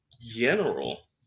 general